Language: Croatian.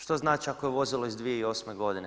Što znači ako je vozilo iz 2008. godine?